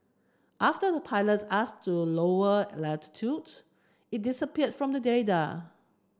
after the pilot asked to lower it disappeared from the